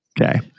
Okay